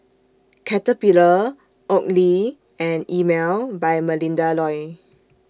Caterpillar Oakley and Emel By Melinda Looi